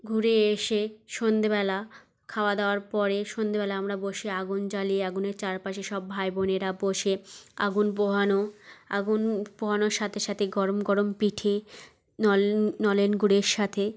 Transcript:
ঘুরে এসে সন্ধেবেলা খাওয়া দাওয়ার পরে সন্ধেবেলা আমরা বসে আগুন জ্বালিয়ে আগুনের চারপাশে সব ভাই বোনেরা বসে আগুন পোহানো আগুন পোহানোর সাথে সাথে গরম গরম পিঠে নল নলেন গুড়ের সাথে